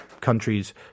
countries